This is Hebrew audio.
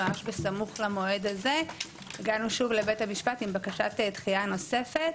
וממש בסמוך למועד הזה הגענו שוב לבית המשפט עם בקשת דחייה נוספת.